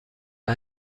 اگر